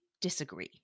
disagree